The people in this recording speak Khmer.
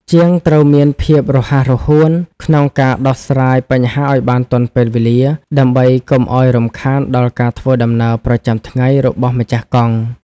ជាងត្រូវមានភាពរហ័សរហួនក្នុងការដោះស្រាយបញ្ហាឱ្យបានទាន់ពេលវេលា ដើម្បីកុំឱ្យរំខានដល់ការធ្វើដំណើរប្រចាំថ្ងៃរបស់ម្ចាស់កង់។